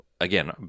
again